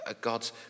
God's